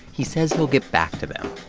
he says he'll get back to them.